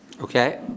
Okay